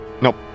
Nope